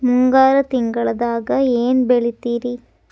ಮುಂಗಾರು ತಿಂಗಳದಾಗ ಏನ್ ಬೆಳಿತಿರಿ?